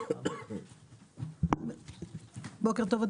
בוקר טוב.